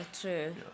true